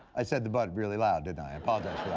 i said the but really loud, didn't i? i apologize